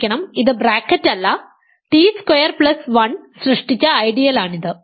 ക്ഷമിക്കണം ഇത് ബ്രാക്കറ്റല്ല ടി സ്ക്വയർ പ്ലസ് 1 സൃഷ്ടിച്ച ഐഡിയലാണിത്